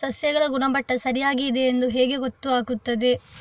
ಸಸ್ಯಗಳ ಗುಣಮಟ್ಟ ಸರಿಯಾಗಿ ಇದೆ ಎಂದು ಹೇಗೆ ಗೊತ್ತು ಆಗುತ್ತದೆ?